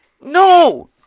no